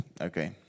Okay